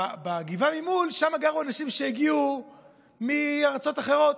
בגבעה ממול, שם גרו אנשים שהגיעו מארצות אחרות,